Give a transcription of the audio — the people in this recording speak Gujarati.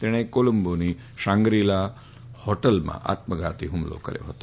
તેણે કોલંબોની શાંગ્રીલામાં આત્મઘાતી હ્મલો કર્યો હતો